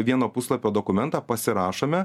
vieno puslapio dokumentą pasirašome